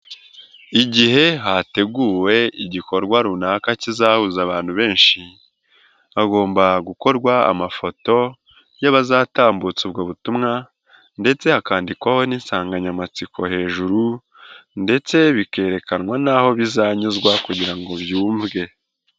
Igihe hateguwe igikorwa runaka kizahuza abantu benshi, hagomba gukorwa amafoto y'abazatambutsa ubwo butumwa ndetse hakandikwaho n'insanganyamatsiko hejuru ndetse bikerekanwa n'aho bizanyuzwa kugira ngo byumvwe.